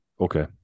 Okay